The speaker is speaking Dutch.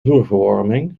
vloerverwarming